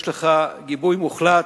יש לך גיבוי מוחלט,